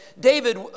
David